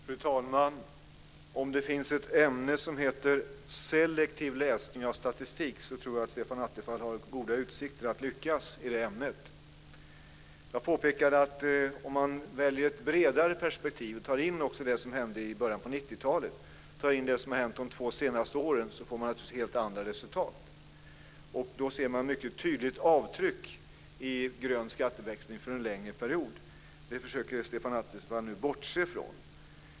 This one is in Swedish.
Fru talman! Om det finns ett ämne som heter selektiv läsning av statistik så tror jag att Stefan Attefall har goda utsikter att lyckas i det. Jag påpekade att om man väljer ett bredare perspektiv och också tar in det som hände i början på 90 talet och det som har hänt de två senaste åren så får man naturligtvis helt andra resultat. Då ser man mycket tydligt avtryck i grön skatteväxling för en längre period. Det försöker Stefan Attefall nu att bortse ifrån.